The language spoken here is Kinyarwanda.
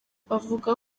bavuga